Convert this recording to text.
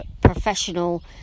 professional